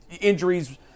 injuries